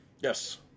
Yes